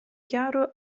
chiaro